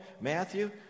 Matthew